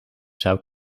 zout